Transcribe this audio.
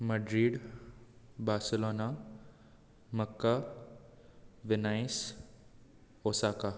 Madrid Barcelona Mecca Venice Osaka